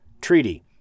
treaty